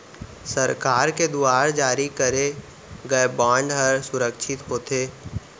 सरकार के दुवार जारी करे गय बांड हर सुरक्छित होथे